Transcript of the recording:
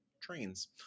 Trains